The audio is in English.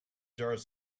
jars